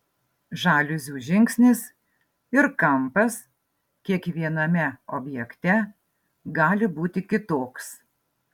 žaliuzių žingsnis ir kampas kiekviename objekte gali būti kitoks